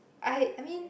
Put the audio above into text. I I mean